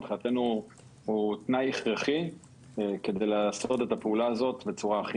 מבחינתנו הוא תנאי הכרחי כדי לעשות את הפעולה הזאת בצורה הכי